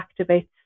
activates